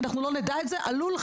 ואנחנו לא נדע את זה עלול,